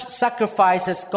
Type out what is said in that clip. sacrifices